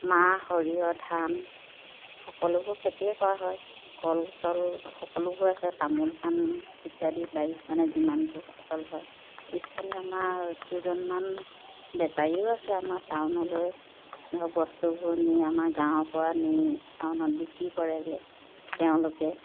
মাহ সৰিয়হ ধান সকলোবোৰ খেতিয়ে কৰা হয় কল চল সকলোবোৰ আছে তামোল পাণ ইত্যাদি বাৰীত মানে যিমানবোৰ ফচল হয় স্থানীয় আমাৰ দুজনমান বেপাৰীও আছে আমাৰ টাউনলৈ ধৰক বস্তুবোৰ নি আমাৰ গাঁৱৰপৰা নি টাউনত বিক্ৰী কৰেগৈ তেওঁলোকে